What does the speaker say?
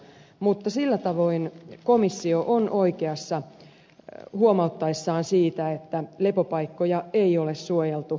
mutta sillä tavoin komissio on oikeassa huomauttaessaan siitä että lepopaikkoja ei ole suojeltu